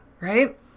right